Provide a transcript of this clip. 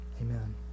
Amen